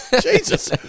Jesus